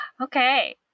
Okay